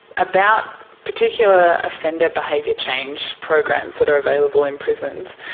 about particular offender behaviour change programs that are available in prisons,